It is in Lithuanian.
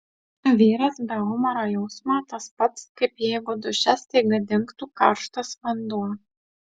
vyras be humoro jausmo tas pats kaip jeigu duše staiga dingtų karštas vanduo